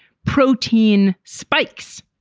protein spikes.